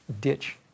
ditch